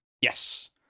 Yes